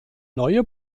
neue